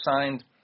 signed